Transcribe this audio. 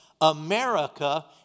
America